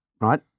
right